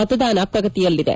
ಮತದಾನ ಪ್ರಗತಿಯಲ್ಲಿದೆ